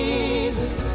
Jesus